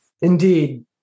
Indeed